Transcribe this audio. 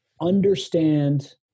understand